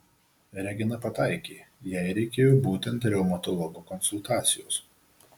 regina pataikė jai reikėjo būtent reumatologo konsultacijos